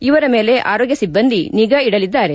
ಇವರ ಮೇಲೆ ಆರೋಗ್ಯ ಸಿಬ್ದಂದಿ ನಿಗಾ ಇಡಲಿದ್ದಾರೆ